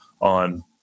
on